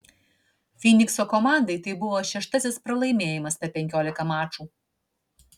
fynikso komandai tai buvo šeštasis pralaimėjimas per penkiolika mačų